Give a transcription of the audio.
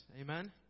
Amen